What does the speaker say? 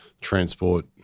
transport